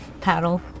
paddle